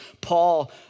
Paul